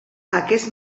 aquest